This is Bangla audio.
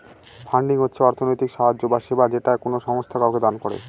ফান্ডিং হচ্ছে অর্থনৈতিক সাহায্য বা সেবা যেটা কোনো সংস্থা কাউকে দান করে